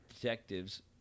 Detectives